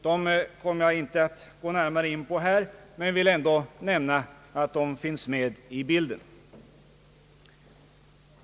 Dem kommer jag inte att gå närmare in på men vill ändå nämna att de finns med i bilden.